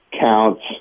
counts